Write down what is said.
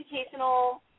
educational